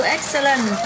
Excellent